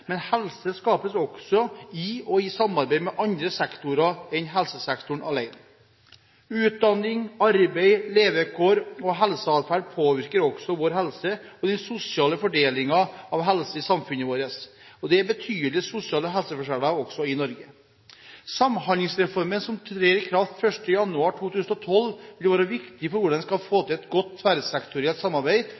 men helse skapes også i og i samarbeid med andre sektorer enn helsesektoren alene. Utdanning, arbeid, levekår og helseadferd påvirker også vår helse og den sosiale fordelingen av helse i samfunnet vårt. Det er betydelige sosiale helseforskjeller også i Norge. Samhandlingsreformen, som trer i kraft den 1. januar 2012, vil være viktig for hvordan en skal få til et godt tverrsektorielt samarbeid